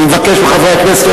אני מבקש מחברי הכנסת,